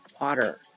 water